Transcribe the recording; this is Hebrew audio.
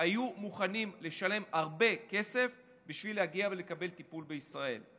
היו מוכנים לשלם הרבה כסף בשביל להגיע ולקבל טיפול בישראל.